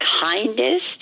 kindest